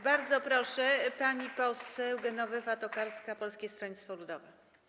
Bardzo proszę, pani poseł Genowefa Tokarska, Polskie Stronnictwo Ludowe.